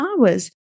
hours